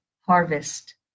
harvest